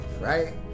Right